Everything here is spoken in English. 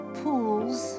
pools